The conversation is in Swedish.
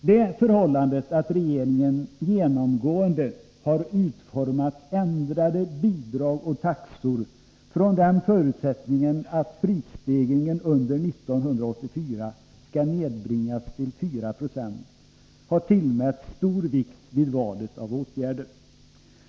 Det förhållandet att regeringen genomgående har utformat ändrade bidrag och taxor från den utgångspunkten att prisstegringen under 1984 skall nedbringas till 4 96 har tillmätts stor vikt vid valet av åtgärder.